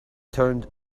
turned